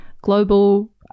global